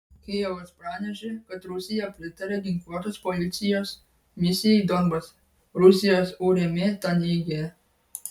kijevas pranešė kad rusija pritarė ginkluotos policijos misijai donbase rusijos urm tą neigia